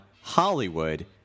Hollywood